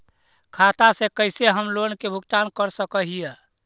खाता से कैसे हम लोन के भुगतान कर सक हिय?